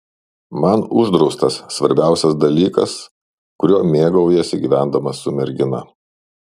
man uždraustas svarbiausias dalykas kuriuo mėgaujiesi gyvendamas su mergina